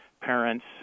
parents